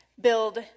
build